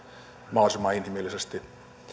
mahdollisimman inhimillisesti